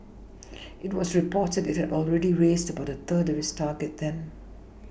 it was reported that it had already raised about a third of its target then